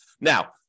Now